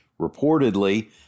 Reportedly